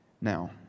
Now